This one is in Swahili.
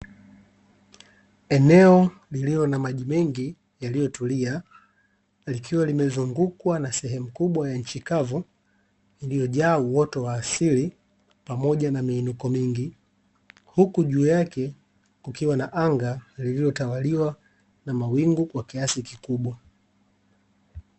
Eneo lililo na maji mengi yaliyotulia likiwa limezungukwa na sehemu kubwa ya nchi kavu iliyojaa uwoto wa asili pamoja na miinuko mingi huku juu yake kukiwa na anga lililotawaliwa na mawingu kwa kiasi kikubwa.